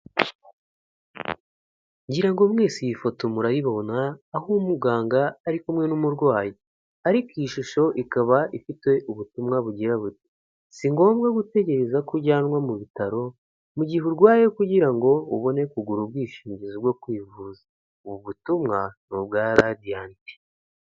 Ngira ngo mwese iyi foto murayibona, aho umuganga ari kumwe n'umurwayi, ariko iyi shusho ikaba ifite ubutumwa bugira buti "si ngombwa gutegereza ko ujyanwa mu bitaro, mu gihe urwaye kugira ngo ubone kugura ubwishingizi bwo kwivuza". Ubu butumwa ni ubwa radiyanti.